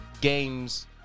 games